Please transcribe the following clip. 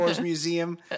Museum